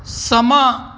ਸਮਾਂ